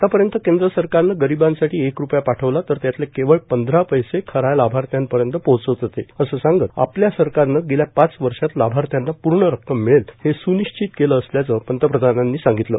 आतापर्यंत केंद्र सरकारनं गरिबांसाठी एक रूपया पाठवला तर त्यातले केवळ पंधरा पैसे खऱ्या लाभार्थ्यांपर्यंत पोहचत होते असं सांगत आपल्या सरकारनं गेल्या पाच वर्षात लाभार्थ्यांना पूर्ण रक्कम मिळेल हे सुनिश्चित केलं असल्याचं पंतप्रधानांनी सांगितलं